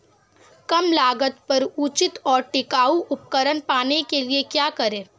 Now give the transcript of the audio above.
कम लागत पर उचित और टिकाऊ उपकरण पाने के लिए क्या करें?